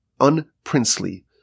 unprincely